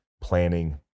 planning